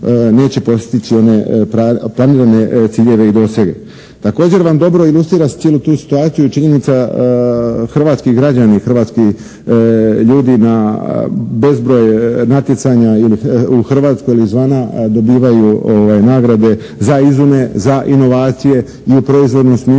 neće postići one planirane ciljeve i dosege. Također vam dobro ilustrira cijelu tu situaciju činjenica hrvatski građani, hrvatski ljudi na bezbroj natjecanja u Hrvatskoj ili izvana dobivaju nagrade za izume, za inovacije i u proizvodnom smislu